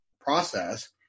process